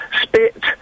spit